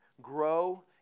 Grow